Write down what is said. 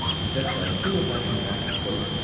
who testified in similar fashion that, quote,